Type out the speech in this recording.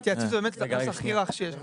התייעצות זה באמת הנוסח הכי רך שיש.